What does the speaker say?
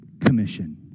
commission